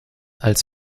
als